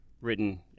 written